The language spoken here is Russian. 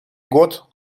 год